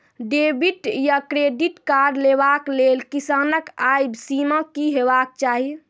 Debit या credit card लेवाक लेल किसानक आय सीमा की हेवाक चाही?